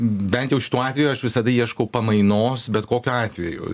bent jau šituo atveju aš visada ieškau pamainos bet kokiu atveju